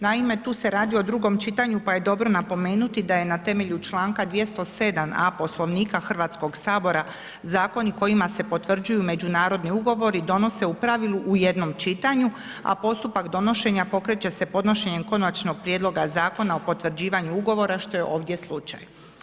Naime, tu se radi o drugom čitanju pa je dobro napomenuti da je na temelju članka 207.a Poslovnika Hrvatskoga sabora zakoni kojima se potvrđuju međunarodni ugovori donose u pravilu u jednom čitanju a postupak donošenja pokreće se podnošenjem Konačnog prijedloga zakona o potvrđivanju ugovora što je ovdje slučaj.